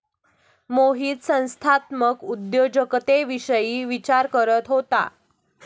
मोहित संस्थात्मक उद्योजकतेविषयी विचार करत होता